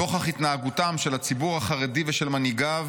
נוכח התנהגותם של הציבור החרדי ושל מנהיגיו